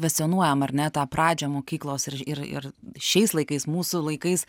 kvescionuojam ar ne tą pradžią mokyklos ir ir ir šiais laikais mūsų laikais